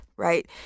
Right